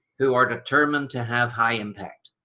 who are determined to have high impact?